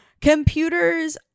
Computers